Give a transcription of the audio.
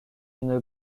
une